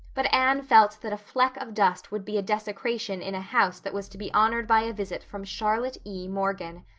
but anne felt that a fleck of dust would be a desecration in a house that was to be honored by a visit from charlotte e. morgan.